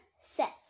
set